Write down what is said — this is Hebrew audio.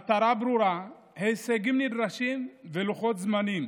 מטרה ברורה, הישגים נדרשים ולוחות זמנים,